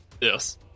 Yes